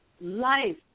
life